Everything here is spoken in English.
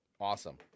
Awesome